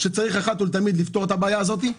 שצריך אחת ולתמיד לפתור את הבעיה הזאת.